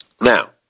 now